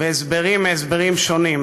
בהסברים מהסברים שונים.